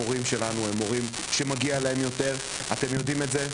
המורים שלנו הם מורים שמגיע להם יותר ואתם יודעים את זה.